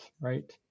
right